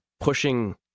pushing